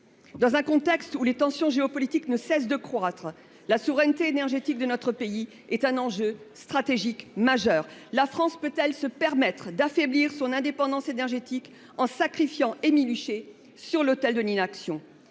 Dans un contexte où les tensions géopolitiques ne cessent de croître, la souveraineté énergétique de notre pays est un enjeu stratégique majeur. La France peut elle se permettre d’affaiblir son indépendance énergétique en sacrifiant Émile Huchet sur l’autel de l’inaction ?